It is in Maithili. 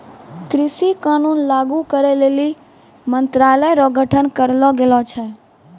कृषि कानून लागू करै लेली मंत्रालय रो गठन करलो गेलो छै